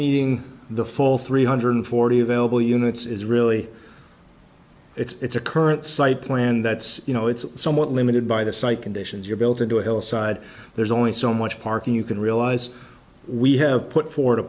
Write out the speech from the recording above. meeting the full three hundred forty available units is really it's a current site plan that's you know it's somewhat limited by the site conditions you're built into a hillside there's only so much parking you can realize we have